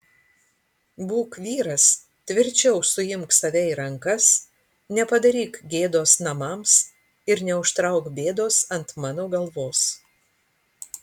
būk vyras tvirčiau suimk save į rankas nepadaryk gėdos namams ir neužtrauk bėdos ant mano galvos